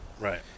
Right